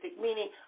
meaning